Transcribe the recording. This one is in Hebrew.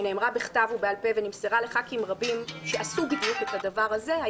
שנאמרה בכתב ובעל פה ונמסרה לח"כים רבים שעשו בדיוק את הדבר הזה,